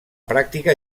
pràctica